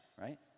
right